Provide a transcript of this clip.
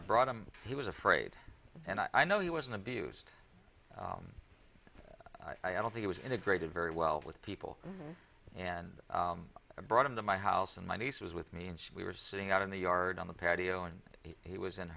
i brought him he was afraid and i know he was an abused i don't think i was integrated very well with people and i brought him to my house and my niece was with me and she we were sitting out in the yard on the patio and he was in